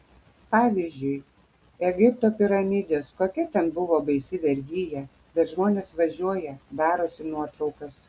pavyzdžiui egipto piramidės kokia ten buvo baisi vergija bet žmonės važiuoja darosi nuotraukas